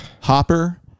Hopper